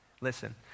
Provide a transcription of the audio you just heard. Listen